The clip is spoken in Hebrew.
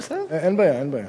אין בעיה, אין בעיה.